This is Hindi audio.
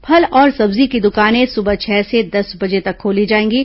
फल और सब्जी की दुकानें सुबह छह से दस बजे तक खोली जाएंगी